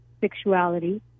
sexuality